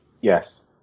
Yes